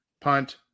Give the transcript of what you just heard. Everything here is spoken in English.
punt